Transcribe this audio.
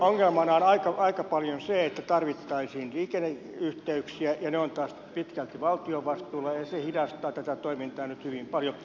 ongelmana on aika paljon se että tarvittaisiin liikenneyhteyksiä ja ne ovat taas pitkälti valtion vastuulla ja se hidastaa tätä toimintaa nyt hyvin paljon